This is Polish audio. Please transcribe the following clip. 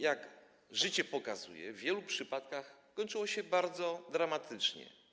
Jak życie pokazuje, w wielu przypadkach kończyło się to bardzo dramatycznie.